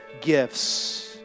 gifts